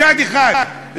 מצד אחד,